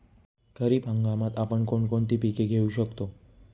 खरीप हंगामात आपण कोणती कोणती पीक घेऊ शकतो?